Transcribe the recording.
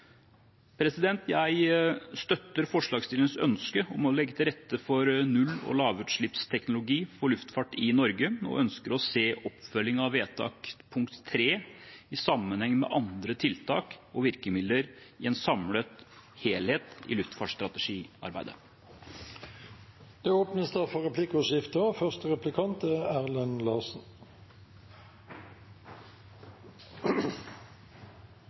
Jeg støtter forslagsstillernes ønske om å legge til rette for null- og lavutslippsteknologi for luftfart i Norge og ønsker å se oppfølging av forslag til vedtak III i sammenheng med andre tiltak og virkemidler i en samlet helhet i